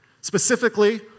specifically